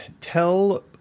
tell